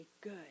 good